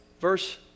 Verse